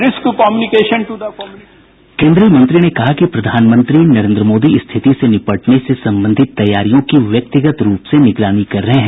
डॉ हर्षवर्धन ने कहा कि प्रधानमंत्री नरेन्द्र मोदी स्थिति से निपटने से संबंधित तैयारियों की व्यक्तिगत रूप से निगरानी कर रहे हैं